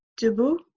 debout